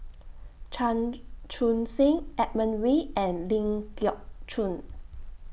Chan Chun Sing Edmund Wee and Ling Geok Choon